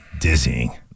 Dizzying